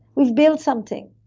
we've built something.